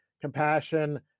compassion